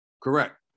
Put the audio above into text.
Correct